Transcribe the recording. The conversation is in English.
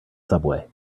subway